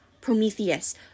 Prometheus